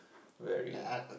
very